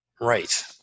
Right